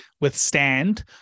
withstand